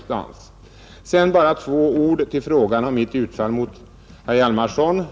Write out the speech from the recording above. Sedan bara två ord om mitt ”utfall” mot herr Hjalmarson.